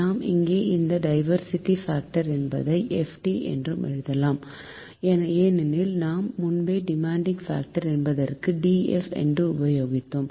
நாம் இங்கே இந்த டைவர்ஸிட்டி பாக்டர் என்பதை FD என்று எழுதுவோம் ஏனெனில் நாம் முன்பே டிமாண்ட் பாக்டர் என்பதற்கு DF என்று உபயோகித்தோம்